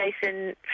Jason